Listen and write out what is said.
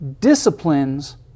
disciplines